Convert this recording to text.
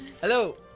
Hello